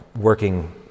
working